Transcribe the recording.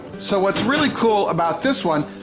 so what's really cool about this one.